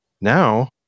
now